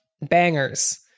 bangers